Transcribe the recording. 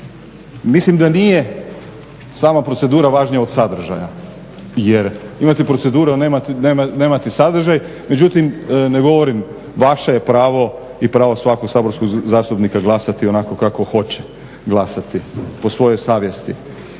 Mislim da nije sama procedura važnija od sadržaja jer imati proceduru a nemati sadržaj, međutim ne govorim vaše je pravo i pravo svakog saborskog zastupnika glasati onako kako hoće glasati po svojoj savjesti.